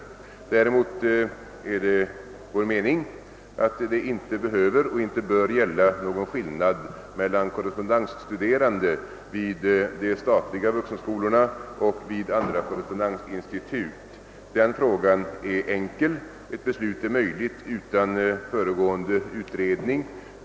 Däremot är det vår mening att det inte behöver och inte bör gälla någon skillnad mellan korrespondensstuderande vid de statliga vuxenskolorna och korrespondensstuderande vid andra korrespondensinstitut. Den frågan är enkel. Ett beslut är möjligt utan föregående utredning.